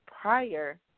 prior